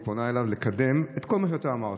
היא פונה אליו לקדם את כל מה שאמרת,